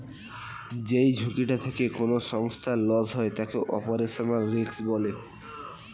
যেই ঝুঁকিটা থেকে কোনো সংস্থার লস হয় তাকে অপারেশনাল রিস্ক বলে